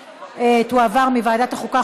היא תועבר מוועדת החוקה,